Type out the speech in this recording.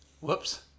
whoops